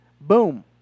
boom